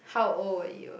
how old were you